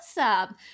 Awesome